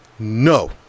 No